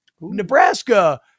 Nebraska